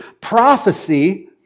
prophecy